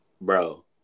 bro